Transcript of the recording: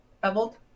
beveled